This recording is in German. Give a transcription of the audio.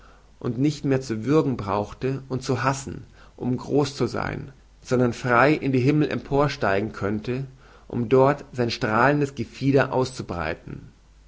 und nicht mehr zu würgen brauchte und zu hassen um groß zu sein sondern frei in die himmel emporsteigen könnte um dort sein strahlendes gefieder auszubreiten